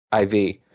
IV